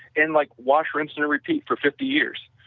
and like wash, rinse, and repeat for fifty years,